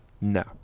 No